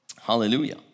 hallelujah